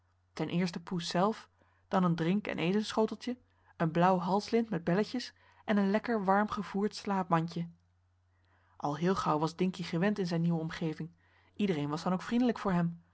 ten eerste poes zelf dan een drink en etensschoteltje een blauw henriette van noorden weet je nog wel van toen halslint met belletjes en een lekker warm gevoerd slaapmandje al heel gauw was dinkie gewend in zijn nieuwe omgeving iedereen was dan ook vriendelijk voor hem